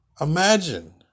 imagine